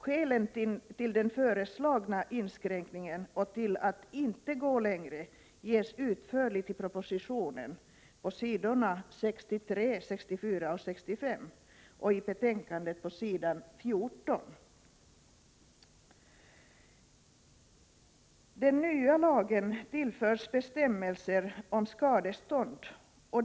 Skälet till den föreslagna inskränkningen och till att inte gå längre ges utförligt i propositionen på s. 63—65 och i betänkandet på s. 14. Den nya lagen tillförs bestämmelser om skadestånd.